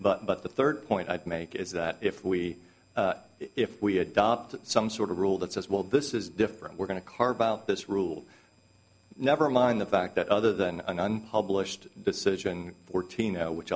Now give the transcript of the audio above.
but but the third point i'd make is that if we if we adopt some sort of rule that says well this is different we're going to carve out this rule never mind the fact that other than an unpublished decision fourteen which